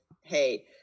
Hey